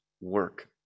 work